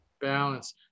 balance